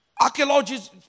archaeologists